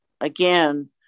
again